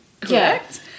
correct